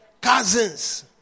cousins